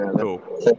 cool